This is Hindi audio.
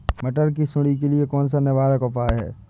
मटर की सुंडी के लिए कौन सा निवारक उपाय है?